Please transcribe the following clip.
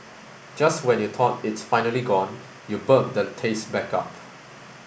just when you thought it's finally gone you burp the taste back up